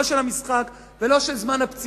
אין לנו את זמן הספייר לא של המשחק ולא של זמן הפציעות.